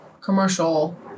commercial